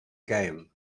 game